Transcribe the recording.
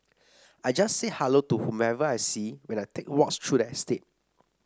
I just say hello to whoever I see when I take walks through the estate